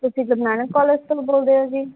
ਤੁਸੀਂ ਗੁਰੂ ਨਾਨਕ ਕੋਲਜ ਤੋਂ ਬੋਲਦੇ ਹੋ ਜੀ